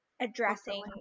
addressing